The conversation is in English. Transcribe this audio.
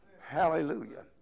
Hallelujah